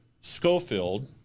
Schofield